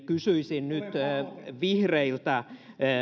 kysyisin nyt vihreiltä